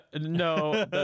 no